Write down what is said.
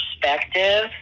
perspective